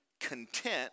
content